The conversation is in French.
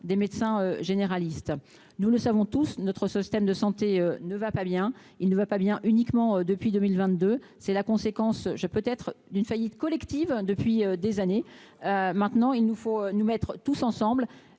des médecins généralistes, nous le savons tous notre Sosthène de santé ne va pas bien, il ne va pas bien uniquement depuis 2022, c'est la conséquence je peut être d'une faillite collective depuis des années maintenant, il nous faut nous mettre tous ensemble,